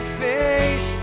face